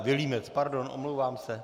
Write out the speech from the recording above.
Vilímec, pardon, omlouvám se.